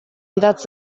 idatz